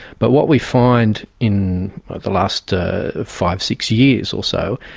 but what we find in the last five, six years or so,